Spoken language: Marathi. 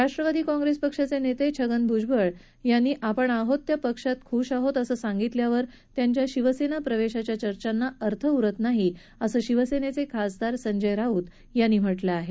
राष्ट्रवादी काँप्रेस पक्षाचे नेते छगन भूजबळ यांनी आपण आहोत त्या पक्षात खूश आहे असं सांगितल्यावर त्यांच्या शिवसेना प्रवेशाच्या चर्चांना अर्थ उरत नाही असं शिवसेनेचे खासदार संजय राऊत यांनी म्हटलं आहे